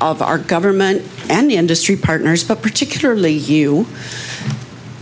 of our government and industry partners but particularly you